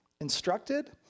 instructed